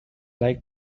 like